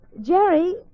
Jerry